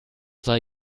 sei